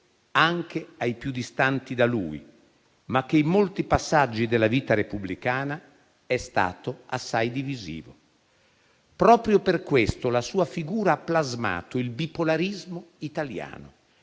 anche ai più distanti da lui, ma che in molti passaggi della vita repubblicana è stato assai divisivo. Proprio per questo la sua figura ha plasmato il bipolarismo italiano,